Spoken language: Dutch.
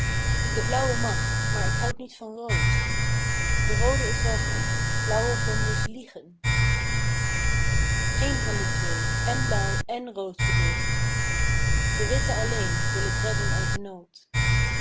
de blauwe mag maar ik houd niet van rood de roode is welkom blauwe vlinders liegen geen van de twee èn blauw èn rood bedriegen de witte alleen wil k redden uit den nood